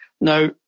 Now